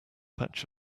patch